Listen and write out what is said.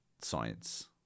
science